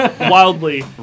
wildly